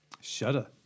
Shudder